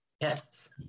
Yes